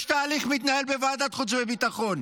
יש תהליך שמתנהל בוועדת החוץ והביטחון.